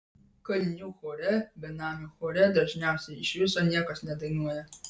kalinių chore benamių chore dažniausiai iš viso niekas nedainuoja